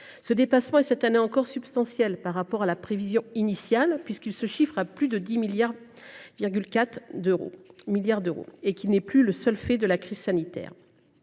Ce dépassement est, cette année encore, substantiel par rapport à la prévision initiale, puisqu’il se chiffre à plus de 10,4 milliards d’euros et qu’il n’est plus uniquement imputable à la crise sanitaire.